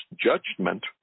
judgment